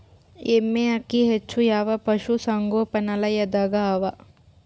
ಎಮ್ಮೆ ಅಕ್ಕಿ ಹೆಚ್ಚು ಯಾವ ಪಶುಸಂಗೋಪನಾಲಯದಾಗ ಅವಾ?